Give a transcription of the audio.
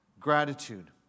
gratitude